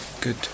Good